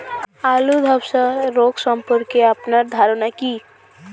আলু ধ্বসা রোগ সম্পর্কে আপনার ধারনা কী?